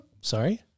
Sorry